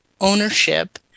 ownership